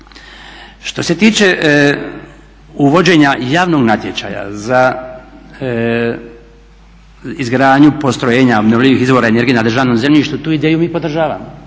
Što se tiče uvođenja javnog natječaja za izgradnju postrojenja obnovljivih izvora energije na državnom zemljištu tu ideju mi podržavamo